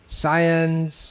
science